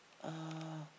uh